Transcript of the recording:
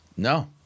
No